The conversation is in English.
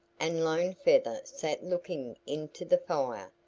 and lone feather sat looking into the fire,